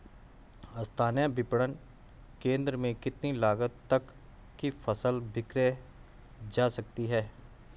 स्थानीय विपणन केंद्र में कितनी लागत तक कि फसल विक्रय जा सकती है?